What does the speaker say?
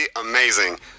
amazing